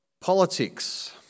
Politics